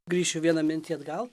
grįšiu vieną mintį atgal